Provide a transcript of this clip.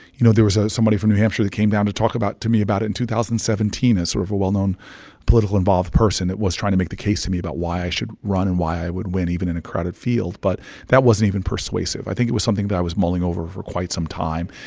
you know, there was ah somebody from new hampshire that came down to talk about to me about in two thousand and seventeen, a sort of a well-known political-involved person that was trying to make the case to me about why i should run and why i would win even in a crowded field. but that wasn't even persuasive. i think it was something that i was mulling over for quite some time.